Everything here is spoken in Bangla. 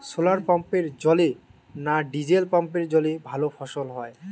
শোলার পাম্পের জলে না ডিজেল পাম্পের জলে ভালো ফসল হয়?